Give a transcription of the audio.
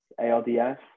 ALDS